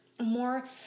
more